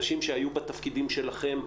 אנשים שהיו בתפקידים שלכם.